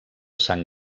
sant